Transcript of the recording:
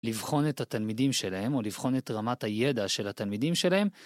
לבחון את התלמידים שלהם או לבחון את רמת הידע של התלמידים שלהם.